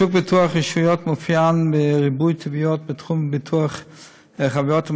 שוק ביטוח הרשויות מתאפיין בריבוי תביעות בתחום ביטוח חבויות,